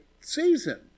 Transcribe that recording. season